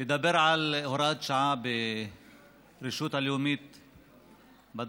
לדבר על הוראת שעה ברשות הלאומית בדרכים,